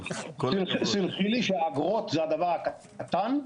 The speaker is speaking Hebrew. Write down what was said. סלחי לי שהאגרות זה הדבר הקטן,